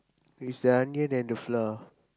is the onion and the flour